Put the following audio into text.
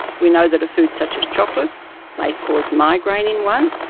we know that a food such as chocolate may cause migraine in one,